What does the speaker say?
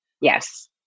Yes